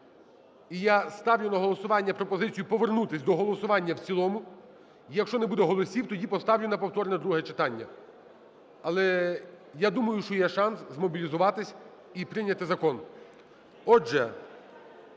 І я ставлю на голосування пропозицію повернутися до голосування в цілому. Якщо не буде голосів, тоді поставлю на повторне друге читання. Але я думаю, що є шанс змобілізуватися і прийняти закон.